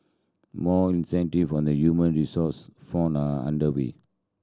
more incentives on the human resource front are under way